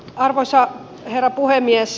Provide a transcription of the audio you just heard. arvoisa herra puhemies